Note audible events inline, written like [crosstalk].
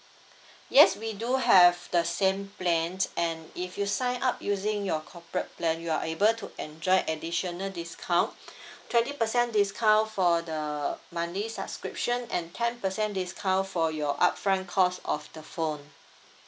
yes we do have the same plans and if you sign up using your corporate plan you are able to enjoy additional discount [breath] twenty percent discount for the monthly subscription and ten percent discount for your upfront cost of the phone